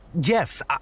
Yes